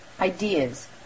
ideas